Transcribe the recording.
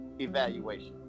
evaluation